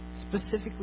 specifically